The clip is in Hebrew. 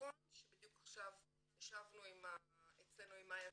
נכון שבדיוק עכשיו ישבנו אצלנו עם מאיה שרייר,